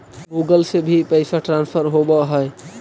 Google से भी पैसा ट्रांसफर होवहै?